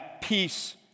peace